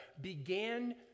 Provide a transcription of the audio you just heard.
began